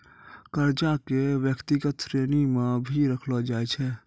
कर्जा क व्यक्तिगत श्रेणी म भी रखलो जाय छै